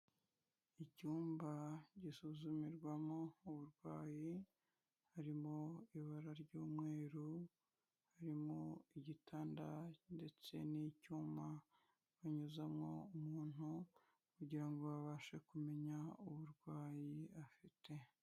Icyumba gisuzumirwamo uburwayi harimo ibara ry'umweru harimo igitanda ndetse n'icyuma banyuzamo umuntu kugirango ngo babashe kumenya uburwayi afite.